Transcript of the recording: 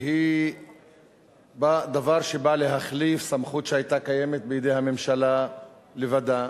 היא דבר שבא להחליף סמכות שהיתה קיימת בידי הממשלה לבדה,